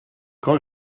quand